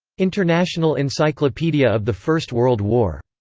international encyclopedia of the first world war.